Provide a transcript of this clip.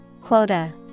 Quota